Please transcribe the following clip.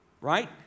Right